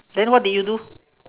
then what did you do